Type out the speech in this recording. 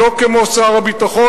שלא כמו שר הביטחון,